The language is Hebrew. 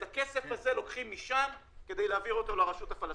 את הכסף הזה לוקחים משם כדי להעביר אותו לרשות הפלסטינית.